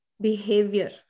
behavior